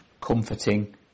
comforting